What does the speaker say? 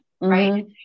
Right